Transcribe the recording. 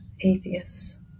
atheists